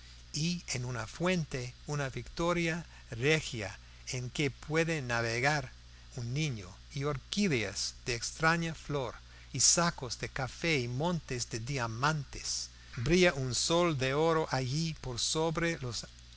y en una fuente una victoria regia en que puede navegar un niño y orquídeas de extraña flor y sacos de café y montes de diamantes brilla un sol de oro allí por sobre los